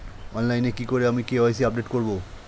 অনলাইনে কি করে আমি কে.ওয়াই.সি আপডেট করব?